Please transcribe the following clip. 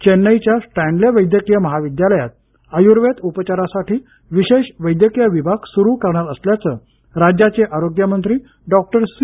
चेन्नईच्या स्टँनले वैद्यकीय महाविद्यायात आयुर्वेद उपचारासाठी विशेष वैद्यकीय विभाग सुरु करणार असल्याचं राज्याचे आरोग्यमंत्री डॉक्टर सी